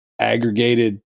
aggregated